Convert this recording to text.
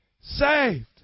saved